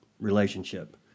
relationship